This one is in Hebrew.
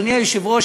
אדוני היושב-ראש,